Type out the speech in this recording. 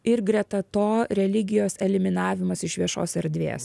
ir greta to religijos eliminavimas iš viešos erdvės